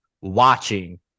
watching